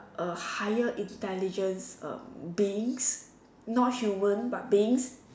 a higher intelligence um beings not human but beings